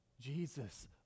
Jesus